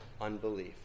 unbelief